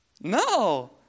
No